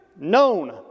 known